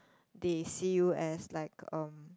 they see you as like um